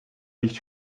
nicht